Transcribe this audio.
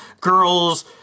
girls